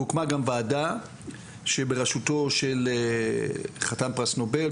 והוקמה גם ועדה שבראשותו של חתן פרס נובל,